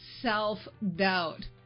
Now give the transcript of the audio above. self-doubt